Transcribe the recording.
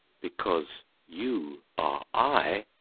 because you are i?